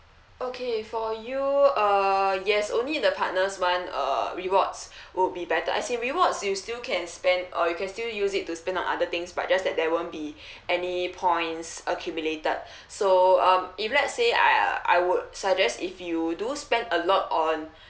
okay for you uh yes only the partners one uh rewards would be better as in rewards you still can spend or you can still use it to spend on other things but just that there won't be any points accumulated so uh if let's say I I would suggest if you do spend a lot on